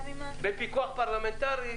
בפיקוח פרלמנטרי.